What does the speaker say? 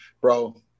bro